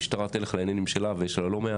המשטרה תלך לעניינים שלה ויש לה לא מעט.